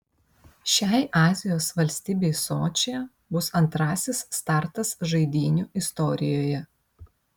šiai azijos valstybei sočyje bus antrasis startas žaidynių istorijoje